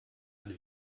eine